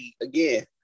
again